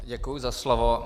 Děkuji za slovo.